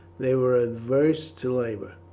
they were averse to labour.